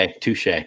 touche